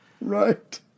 Right